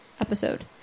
episode